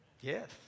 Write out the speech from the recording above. Yes